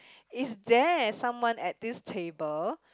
is there someone at this table